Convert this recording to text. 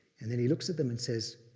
and then he looks at them and says,